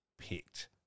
picked